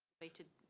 waited